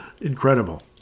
Incredible